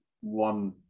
one